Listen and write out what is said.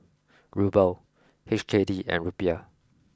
Ruble H K D and Rupiah